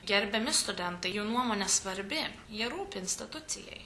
gerbiami studentai jų nuomonė svarbi jie rūpi institucijai